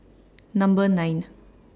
Number nine